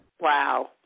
Wow